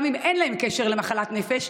גם אם אין להם קשר למחלת נפש.